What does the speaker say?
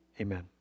amen